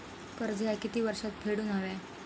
कर्ज ह्या किती वर्षात फेडून हव्या?